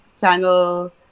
Channel